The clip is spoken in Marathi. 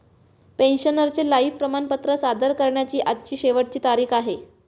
पेन्शनरचे लाइफ प्रमाणपत्र सादर करण्याची आज शेवटची तारीख आहे